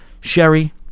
Sherry